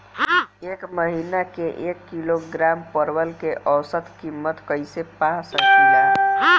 एक महिना के एक किलोग्राम परवल के औसत किमत कइसे पा सकिला?